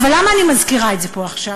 ולמה אני מזכירת את זה פה עכשיו?